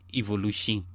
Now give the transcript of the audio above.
evolution